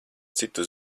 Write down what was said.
citu